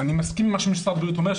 אני מסכים עם מה שמשרד הבריאות אומר,